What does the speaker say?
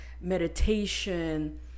meditation